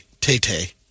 Tay-Tay